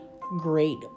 great